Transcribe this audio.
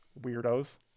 weirdos